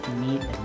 meet